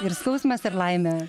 ir skausmas ir laimė